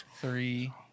three